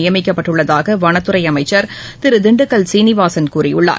நியமிக்கப்பட்டுள்ளதாக வனத்துறை அமைச்சர் திரு திண்டுக்கல் சீனிவாசன் கூறியுள்ளார்